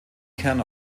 kern